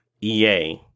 EA